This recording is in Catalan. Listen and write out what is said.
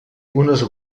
unes